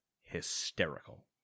hysterical